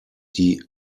die